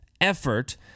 effort